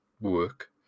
work